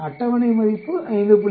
அட்டவணை மதிப்பு 5